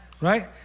Right